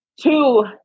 Two